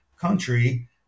country